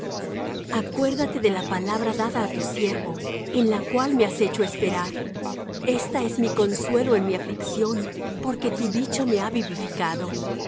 acuérdate de la palabra dada á tu siervo en la cual me has hecho esperar esta es mi consuelo en mi aflicción porque tu dicho me ha vivificado